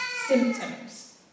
symptoms